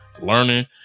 learning